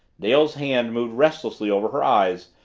dale's hand moved restlessly over her eyes,